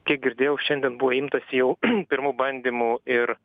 kiek girdėjau šiandien buvo imtasi jau pirmu bandymu ir